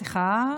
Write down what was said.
סליחה,